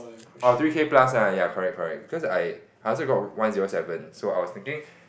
oh three K plus lah ya correct correct because I I also got one zero seven so I was thinking